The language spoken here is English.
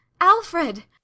Alfred